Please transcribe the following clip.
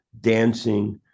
dancing